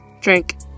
drink